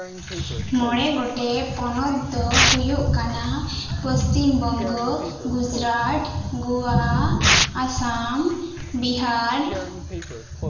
ᱢᱚᱬᱮ ᱜᱚᱴᱮᱱ ᱯᱚᱱᱚᱛ ᱫᱚ ᱦᱩᱭᱩᱜ ᱠᱟᱱᱟ ᱯᱚᱥᱪᱤᱢ ᱵᱚᱝᱜᱚ ᱜᱩᱡᱨᱟᱴ ᱜᱳᱣᱟ ᱟᱥᱟᱢ ᱵᱤᱦᱟᱨ